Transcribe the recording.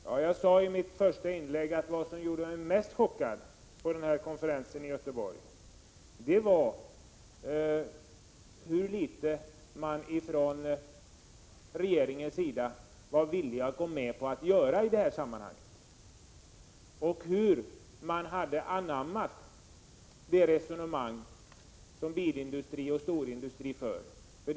Jag framhöll i mitt första inlägg att vad som gjorde mig mest chockad på konferensen i Göteborg var hur litet man ifrån regeringens sida var villig att göra i det här sammanhanget och i hur stor utsträckning man hade anammat de resonemang som bilindustrin och storindustrin för.